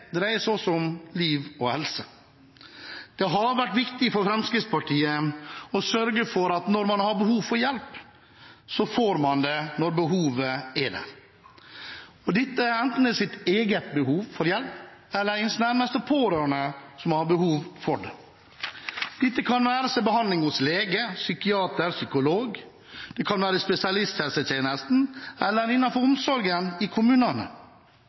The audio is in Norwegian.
Trygghet dreier seg også om liv og helse. Det har vært viktig for Fremskrittspartiet å sørge for at man får hjelp når man har behov for hjelp, enten det gjelder eget behov for hjelp eller det er ens nærmeste pårørende som har behov for det – det være seg behandling hos lege, psykiater, psykolog, spesialisthelsetjeneste eller innenfor omsorgen i kommunene.